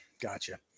Gotcha